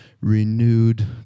renewed